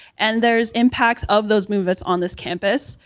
and there's impacts of those movements on this campus.